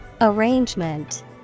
Arrangement